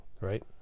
Right